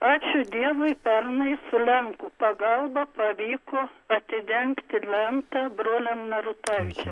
ačiū dievui pernai su lenkų pagalba pavyko atidengti lentą broliam narutavičia